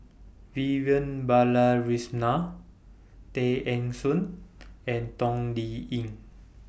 Vivian Balakrishnan Tay Eng Soon and Toh Liying